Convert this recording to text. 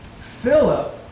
Philip